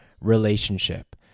relationship